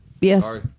Yes